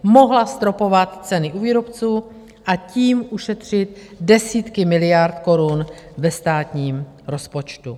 Mohla zastropovat ceny u výrobců a tím ušetřit desítky miliard korun ve státním rozpočtu.